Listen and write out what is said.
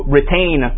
retain